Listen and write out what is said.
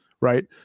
right